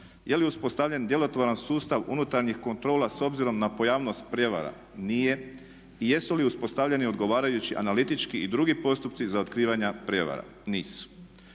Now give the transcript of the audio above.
Je li uspostavljen djelotvoran sustav unutarnjih kontrola s obzirom na pojavnost prijevara? Nije. Jesu li uspostavljeni odgovarajući analitički i drugi postupci za otkrivanja prijevara? Nisu.